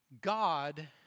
God